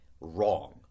wrong